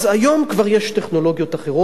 היום כבר יש טכנולוגיות אחרות,